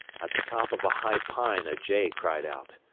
at the top of a high pine a jay cried out.